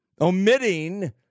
omitting